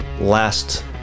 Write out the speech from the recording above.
last